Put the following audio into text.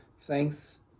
Thanks